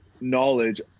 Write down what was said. knowledge